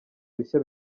bishya